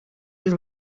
his